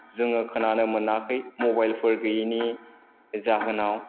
जोङो खोनानो मोनाखै मबाइलफोर गैयिनि जाहोनाव